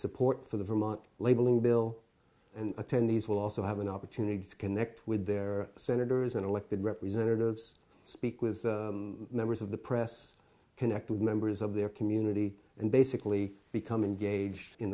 support for the vermont labeling bill and attendees will also have an opportunity to connect with their senators and elected representatives speak with members of the press connect with members of their community and basically become engaged in